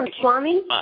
Swami